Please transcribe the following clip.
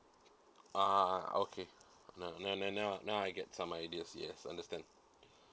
uh okay now now now now now I get some ideas yes understand